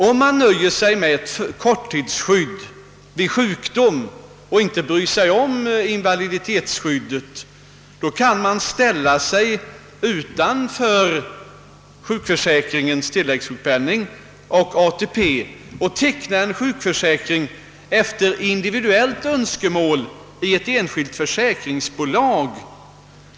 Om man nöjer sig med ett korttidsskydd vid sjukdom och inte bryr sig om invaliditetsskyddet, kan man ställa sig utanför sjukförsäkringens = tilläggssjukpenning och ATP och teckna en sjukförsäkring efter individuellt önskemål i ett enskilt försäkringsbolag.